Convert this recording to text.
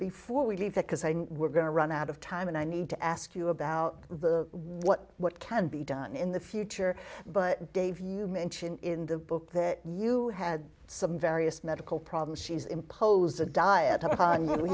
before we leave that because we're going to run out of time and i need to ask you about the what what can be done in the future but dave you mentioned in the book that you had some various medical problems she's imposed a diet going